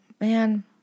man